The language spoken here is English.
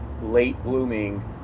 late-blooming